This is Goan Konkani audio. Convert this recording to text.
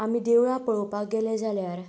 आनी देवळां पळोवपाक गेले जाल्यार